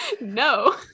no